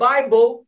Bible